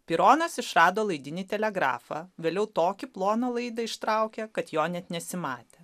tironas išrado laidinį telegrafą vėliau tokį ploną laidą ištraukė kad jo net nesimatė